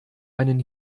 einen